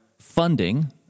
funding